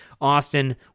Austin